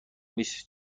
نیست